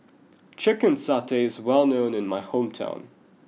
Chicken Satay is well known in my hometown